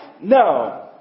No